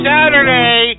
Saturday